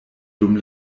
dum